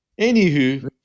Anywho